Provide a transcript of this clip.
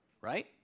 Right